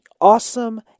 awesome